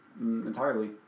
entirely